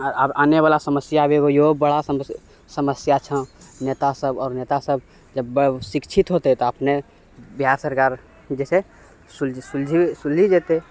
आओर आब आबैवला समस्या आब इहो बड़ा समस्या छऽ नेतासब आओर नेतासब जब शिक्षित होतै तऽ अपने बिहार सरकार जे छै सुलझि सुलझि सुलझि जेतै